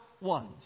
ones